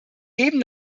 eben